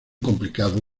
complicado